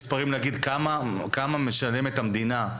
כמה משלמת המדינה?